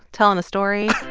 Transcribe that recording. telling a story